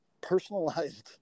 personalized